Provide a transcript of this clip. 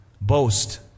Boast